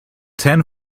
ten